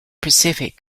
pacific